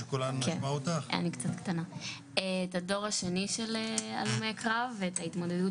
את הדור השני של הלומי קרב ואת ההתמודדות